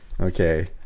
okay